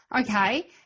Okay